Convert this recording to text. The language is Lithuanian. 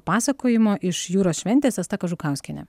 pasakojimo iš jūros šventės asta kažukauskienė